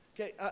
Okay